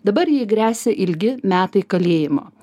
dabar jai gresia ilgi metai kalėjimo